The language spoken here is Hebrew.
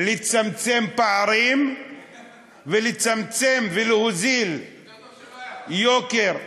לצמצם פערים ולצמצם את יוקר המחיה,